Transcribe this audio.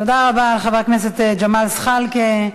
תודה רבה לחבר הכנסת ג'מאל זחאלקה.